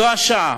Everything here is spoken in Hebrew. זו השעה